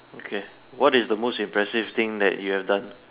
okay what is the most impressive thing that you have done